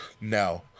no